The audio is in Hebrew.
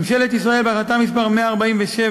ממשלת ישראל, בהחלטה מס' 147,